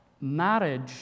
marriage